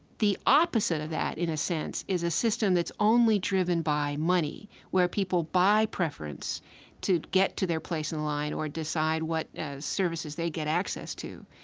the opposite of that in a sense, is a system that's only driven by money. where people buy preference to get to their place in line, or decide what services they get access to.